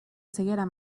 ceguera